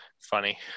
Funny